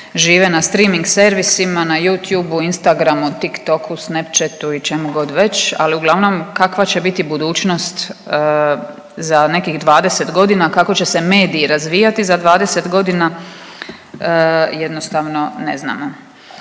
Žive na streaming servisima, na youtubu, Instagramu, Tick Toku, Snap Chatu i čemu god već. Ali uglavnom kakva će biti budućnost za nekih 20 godina, kako će se mediji razvijati za 20 godina jednostavno ne znamo.